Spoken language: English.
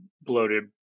bloated